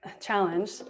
challenge